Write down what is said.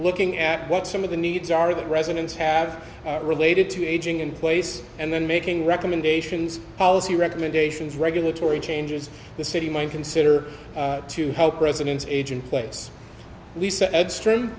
looking at what some of the needs are that residents have related to aging in place and then making recommendations policy recommendations regulatory changes the city might consider to help residents age in place lisa eds